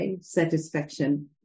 satisfaction